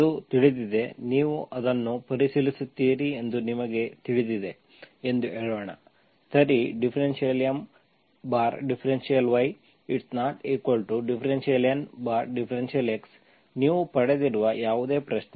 ಅದು ತಿಳಿದಿದೆ ನೀವು ಅದನ್ನು ಪರಿಶೀಲಿಸುತ್ತೀರಿ ಎಂದು ನಮಗೆ ತಿಳಿದಿದೆ ಎಂದು ಹೇಳೋಣ ಸರಿ ∂M∂y∂N∂x ನೀವು ಪಡೆದಿರುವ ಯಾವುದೇ ಪ್ರಶ್ನೆ